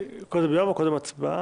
קודם יואב או קודם הצבעה?